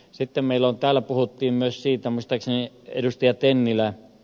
sitten täällä puhuttiin muistaakseni ed